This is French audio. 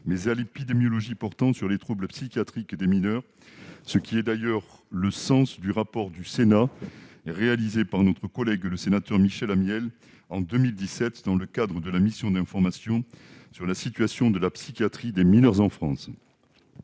mais à l'épidémiologie portant sur les troubles psychiatriques des mineurs. C'est d'ailleurs le sens du rapport d'information rédigé, en 2017, par le sénateur Michel Amiel, dans le cadre de la mission d'information sur la situation de la psychiatrie des mineurs en France.